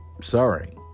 Sorry